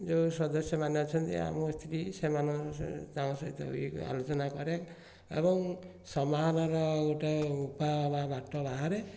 ଯେଉଁ ସଦସ୍ୟମାନେ ଅଛନ୍ତି ଆମ ସ୍ତ୍ରୀ ସେମାନଙ୍କ ସହିତ ତାଙ୍କ ସହିତ ବି ଆଲୋଚନା କରେ ଏବଂ ସମାଧାନର ଗୋଟିଏ ଉପାୟ ବା ବାଟ ବାହାରେ